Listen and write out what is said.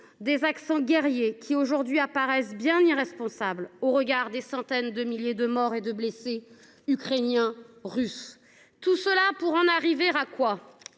des accents guerriers qui, aujourd’hui, paraissent bien irresponsables au regard des centaines de milliers de morts et de blessés, ukrainiens ou russes. Tout cela pour en arriver où ?